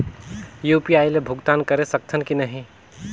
UPI ले भुगतान करे सकथन कि नहीं?